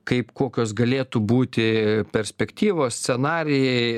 kaip kokios galėtų būti perspektyvos scenarijai